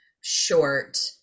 short